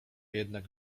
jednak